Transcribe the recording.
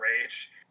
rage